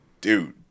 dude